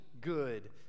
good